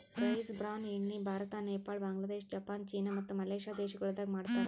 rice bran ಎಣ್ಣಿ Bharat, Nepal, Bangladesh, Japan, China ಮತ್ತ Malaysia ದೇಶಗೊಳ್ದಾಗ್ ಮಾಡ್ತಾರ್